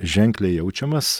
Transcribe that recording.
ženkliai jaučiamas